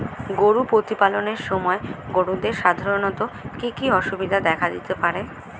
গরু প্রতিপালনের সময় গরুদের সাধারণত কি কি অসুবিধা দেখা দিতে পারে?